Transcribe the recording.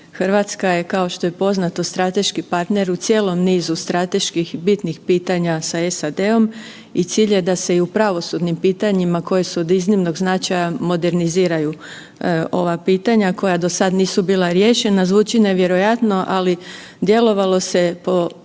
Hrvatska je kao što je poznato strateški partner u cijelom nizu strateških bitnih pitanja sa SAD-om i cilj je da se i u pravosudnim pitanjima koji su od iznimnog značaja moderniziraju ova pitanja koja do sada nisu bila riješena, zvuči nevjerojatno, ali djelovalo se po dokumentu